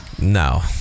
No